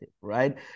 right